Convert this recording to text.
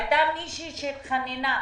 הייתה מישהי שהתחננה,